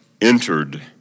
entered